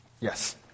Yes